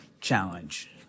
Challenge